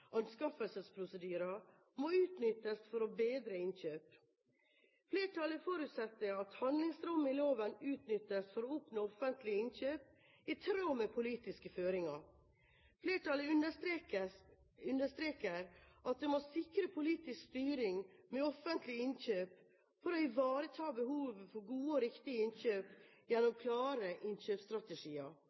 anskaffelsesprosedyrer må utnyttes for å bedre innkjøp. Flertallet forutsetter at handlingsrommet i loven utnyttes for å oppnå offentlige innkjøp i tråd med politiske føringer. Flertallet understreker at det må sikres politisk styring med offentlige innkjøp for å ivareta behovet for gode og riktige innkjøp gjennom klare innkjøpsstrategier.